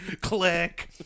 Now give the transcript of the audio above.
Click